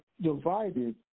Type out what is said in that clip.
divided